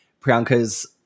Priyanka's